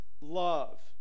love